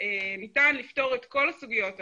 שניתן לפתור את כל הסוגיות האלה,